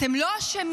אתם לא אשמים.